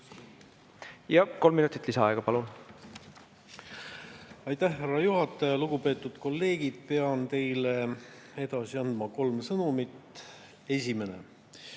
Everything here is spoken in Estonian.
Kolm minutit lisaaega ka, palun! Aitäh, härra juhataja! Lugupeetud kolleegid! Pean teile edasi andma kolm sõnumit. Esimene.